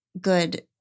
good